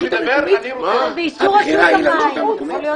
באישור רשות המים.